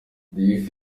diouf